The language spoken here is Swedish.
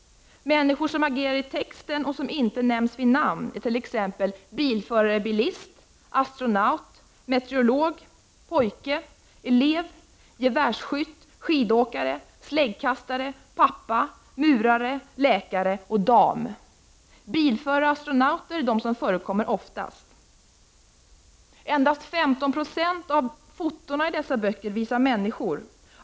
Människor som agerar i texten och som inte nämns vid namn är t.ex. bilförare/bilist, astronaut, meteorolog, pojke, elev, gevärsskytt, skidåkare, släggkastare, pappa, murare, läkare och dam. Bilförare och astronauter är de som förekommer oftast. Endast 15 96 av fotona i dessa böcker visar människor.